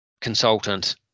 consultant